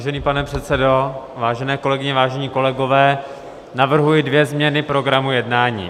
Vážený pane předsedo, vážené kolegyně, vážení kolegové, navrhuji dvě změny programu jednání.